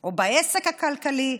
או בעסק הכלכלי,